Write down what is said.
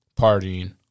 partying